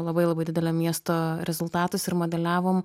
labai labai didelio miesto rezultatus ir modeliavom